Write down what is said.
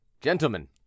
Gentlemen